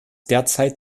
derzeit